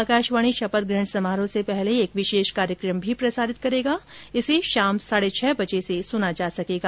आकाशवाणी शपथग्रहण समारोह से पहले एक विशेष कार्यक्रम भी प्रसारित करेगा इसे शाम साढ़े छह बजे से सुना जा सकेगा